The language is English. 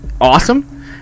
awesome